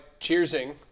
cheersing